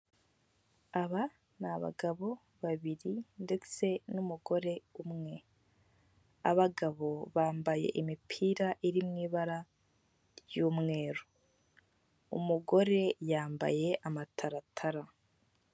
Aba ni abagabo babiri ndetse n'umugore umwe abagabo bambaye imipira iriho ibara ry'umweru umugore yambaye amataratara.